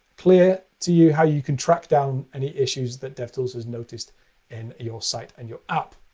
clear to you how you can track down any issues that devtools has noticed in your site and your app.